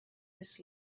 this